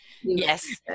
yes